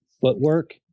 footwork